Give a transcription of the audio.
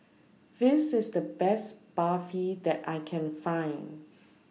This IS The Best Barfi that I Can Find